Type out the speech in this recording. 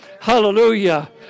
Hallelujah